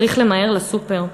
צריך למהר לסופר.